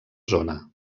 zona